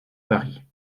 paris